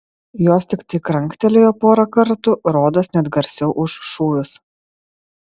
jos tiktai kranktelėjo porą kartų rodos net garsiau už šūvius